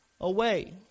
away